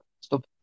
Stop